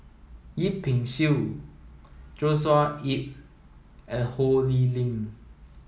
Yip Pin Xiu Joshua Ip and Ho Lee Ling